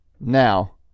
now